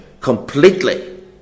completely